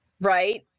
right